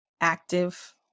active